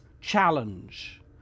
challenge